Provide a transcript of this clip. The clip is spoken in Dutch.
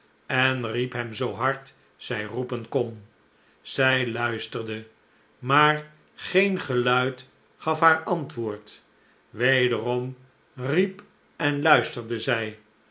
en riep hem zoo hard zij roepen kon zij luisterde maar geen geluid gaf haar antwoord wederom riep en luisterde zij